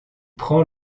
prend